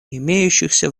имеющихся